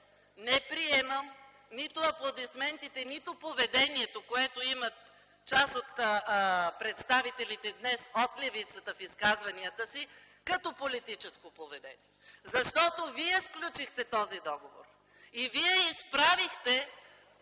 Не приемам обаче нито аплодисментите, нито поведението, което имат днес част от представителите от левицата в изказванията си като политическо поведение, защото вие сключихте този договор. (Шум и реплики